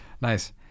Nice